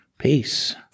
Peace